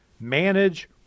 Manage